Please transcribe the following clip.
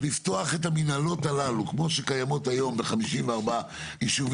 לפתוח את המינהלות הללו כמו שקיימות היום ב-42 יישובים,